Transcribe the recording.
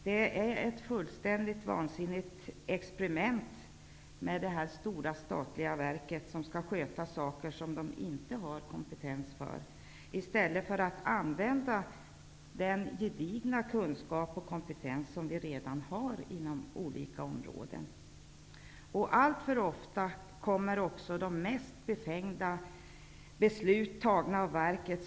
Det är ett fullständigt vansinnigt experiment att låta ett stort statligt verk sköta saker som man inte har kompetens för, i stället för att använda sig av den gedigna kunskap och kompetens som redan finns inom olika områden. Alltför ofta fattas de mest befängda beslut av verket.